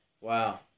Wow